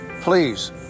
Please